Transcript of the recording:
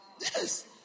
Yes